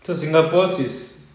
so singapore's is